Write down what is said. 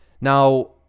Now